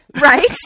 Right